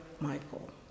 Michael